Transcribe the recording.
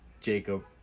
Jacob